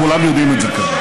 כולם יודעים את זה כאן.